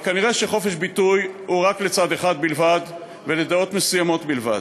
אבל כנראה חופש ביטוי הוא רק לצד אחד בלבד ולדעות מסוימות בלבד.